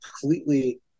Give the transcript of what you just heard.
completely